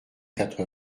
quatre